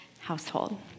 household